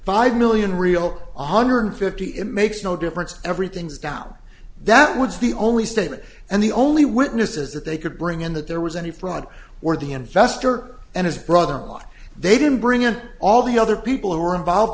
five million real one hundred fifty in makes no difference everything's down that was the only statement and the only witnesses that they could bring in that there was any fraud were the investor and his brother but they didn't bring in all the other people who were involved